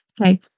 Okay